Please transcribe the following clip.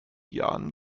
jahren